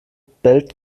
bellt